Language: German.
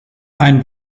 ein